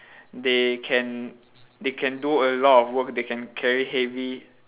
they can they can do a lot of work they can carry heavy